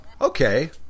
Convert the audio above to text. okay